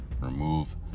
remove